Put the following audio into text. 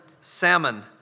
Salmon